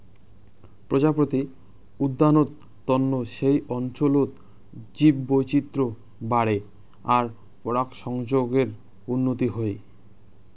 প্রজাপতি উদ্যানত তন্ন সেই অঞ্চলত জীববৈচিত্র বাড়ে আর পরাগসংযোগর উন্নতি হই